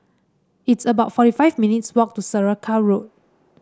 it's about forty five minutes' walk to Saraca Road